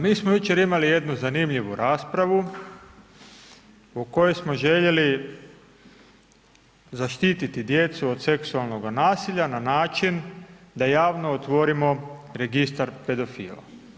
Mi smo jučer imali jednu zanimljivu raspravu u kojoj smo željeli zaštiti djecu od seksualnog nasilja na način da javno otvorimo registar pedofila.